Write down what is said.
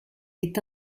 est